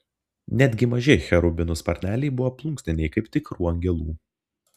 netgi maži cherubinų sparneliai buvo plunksniniai kaip tikrų angelų